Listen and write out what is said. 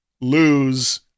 lose